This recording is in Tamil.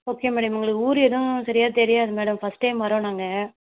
ஓகே மேடம் எங்களுக்கு ஊர் எதுவும் சரியாக தெரியாது மேடம் ஃபர்ஸ்ட் டைம் வரோம் நாங்கள்